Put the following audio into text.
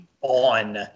on